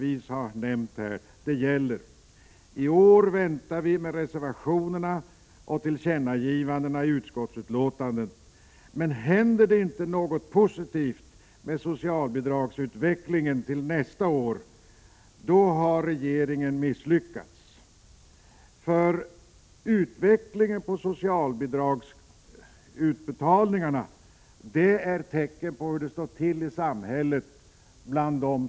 I år väntar vi med reservationer och tillkännagivande i betänkandet. Men händer det inte något positivt med socialbidragsutvecklingen till nästa år har regeringen misslyckats. Utvecklingen i fråga om utbetalning av socialbidrag är nämligen ett tecken på hur de svårast drabbade i samhället har det.